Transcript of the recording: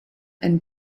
and